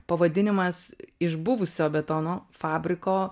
pavadinimas iš buvusio betono fabriko